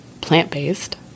plant-based